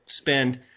spend